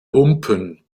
humpen